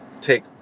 Take